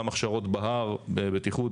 גם הכשרות בהר בבטיחות,